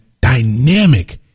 dynamic